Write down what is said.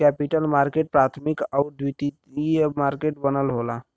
capital market प्राथमिक आउर द्वितीयक मार्केट से बनल होला